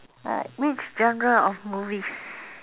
which genre of movies